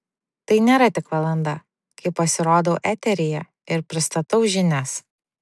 tai nėra tik valanda kai pasirodau eteryje ir pristatau žinias